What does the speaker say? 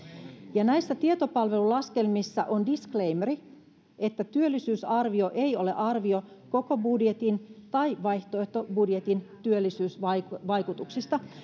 ja näissä tietopalvelun laskelmissa on disclaimeri että työllisyysarvio ei ole arvio koko budjetin tai vaihtoehtobudjetin työllisyysvaikutuksista